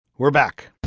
we're back